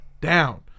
down